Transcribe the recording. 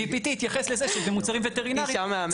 התייחס לזה שבמוצרים וטרינרים צריך אישור.